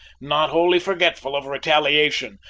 not wholly forgetful of retaliation,